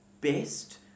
best